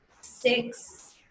six